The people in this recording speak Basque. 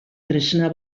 tresna